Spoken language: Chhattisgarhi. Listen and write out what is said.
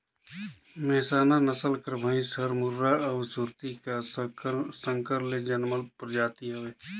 मेहसाना नसल कर भंइस हर मुर्रा अउ सुरती का संकर ले जनमल परजाति हवे